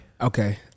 Okay